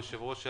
היושב-ראש שהיה,